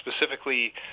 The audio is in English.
specifically